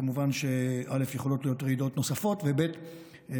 כמובן שיכולות להיות רעידות נוספות, ב.